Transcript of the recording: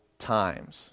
times